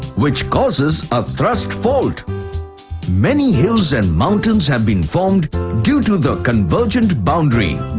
which causes a thrust fault many hills and mountains have been formed due to the convergent boundary.